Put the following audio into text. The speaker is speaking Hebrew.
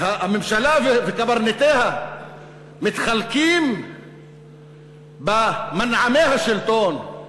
הממשלה וקברניטיה מתחלקים במנעמי השלטון,